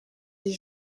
des